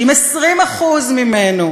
שאם 20% ממנו